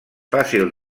fàcil